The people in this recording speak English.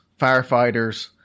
firefighters